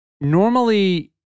normally